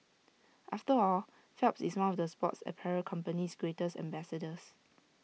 after all Phelps is one of the sports apparel company's greatest ambassadors